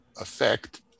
effect